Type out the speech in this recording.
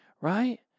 right